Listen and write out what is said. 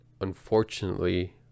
unfortunately